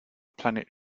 planet